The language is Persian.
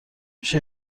میشه